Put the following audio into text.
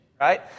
right